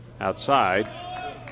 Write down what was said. outside